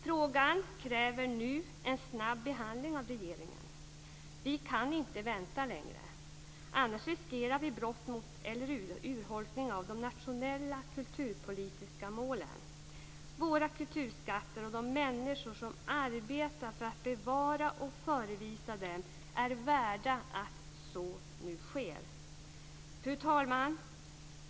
Frågan kräver nu en snabb behandling av regeringen - vi kan inte vänta längre - annars riskerar vi brott mot eller urholkning av de nationella kulturpolitiska målen. Våra kulturskatter och de människor som arbetar för att bevara och förevisa dem är värda att så nu sker. Fru talman!